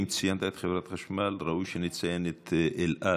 אם ציינת את חברת החשמל, ראוי שנציין את אל על.